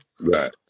right